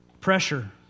pressure